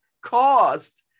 caused